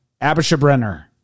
Abishabrenner